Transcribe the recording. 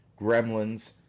gremlins